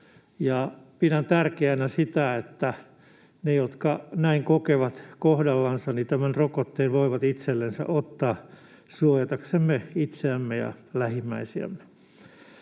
Pidän tärkeänä sitä, että ne, jotka näin kokevat kohdallansa, tämän rokotteen voivat itsellensä ottaa suojataksemme itseämme ja lähimmäisiämme.